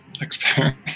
experience